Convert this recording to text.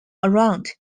around